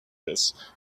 this